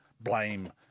blame